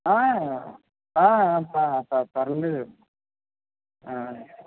ఆ ఆ ప పర్లేదు